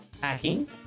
hacking